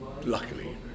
Luckily